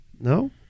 No